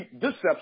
deception